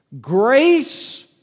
Grace